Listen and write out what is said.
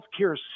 healthcare